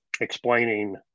explaining